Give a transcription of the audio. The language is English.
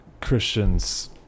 Christians